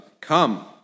Come